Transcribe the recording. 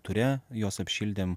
ture juos apšildėm